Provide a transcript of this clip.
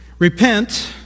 Repent